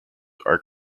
are